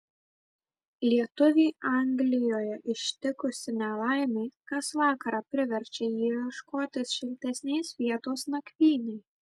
lietuvį anglijoje ištikusi nelaimė kas vakarą priverčia jį ieškoti šiltesnės vietos nakvynei